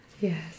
Yes